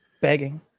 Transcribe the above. begging